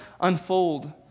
unfold